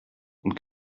und